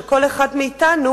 של כל אחד מאתנו,